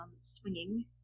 swinging